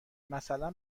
مثلا